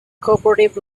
cooperative